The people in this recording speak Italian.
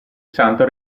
santo